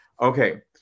Okay